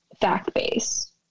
fact-based